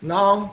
Now